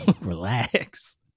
relax